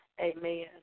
amen